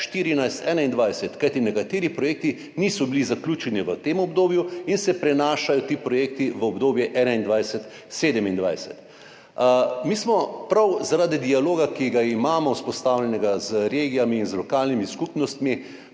2014–2021, kajti nekateri projekti niso bili zaključeni v tem obdobju in se prenašajo ti projekti v obdobje 2021–2027. Mi smo prav zaradi dialoga, ki ga imamo vzpostavljenega z regijami in z lokalnimi skupnostmi,